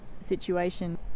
situation